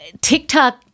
TikTok